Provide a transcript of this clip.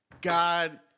God